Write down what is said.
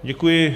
Děkuji.